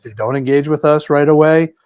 don't engage with us right away,